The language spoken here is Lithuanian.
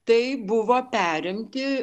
tai buvo perimti